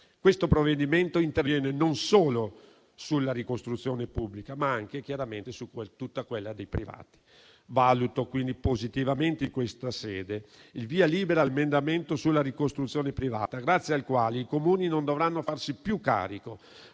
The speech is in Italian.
Questo provvedimento interviene non solo sulla ricostruzione pubblica, ma anche chiaramente su quella dei privati. Valuto quindi positivamente, in questa sede, il via libera all'emendamento sulla ricostruzione privata, grazie al quale i Comuni non dovranno farsi più carico